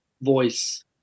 voice